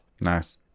Nice